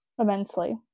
immensely